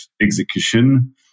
execution